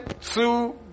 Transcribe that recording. two